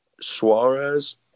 Suarez